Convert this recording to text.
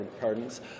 pardons